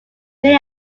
many